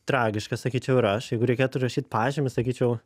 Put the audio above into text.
tragiška sakyčiau ir aš jeigu reikėtų rašyt pažymį sakyčiau